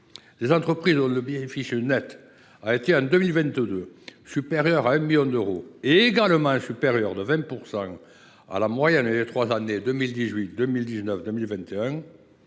les entreprises dont le bénéfice net a été en 2022 supérieur à 1 million d’euros et également supérieur de 20 % à la moyenne des trois années 2018, 2019 et 2021